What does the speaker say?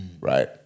right